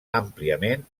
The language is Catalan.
àmpliament